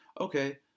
Okay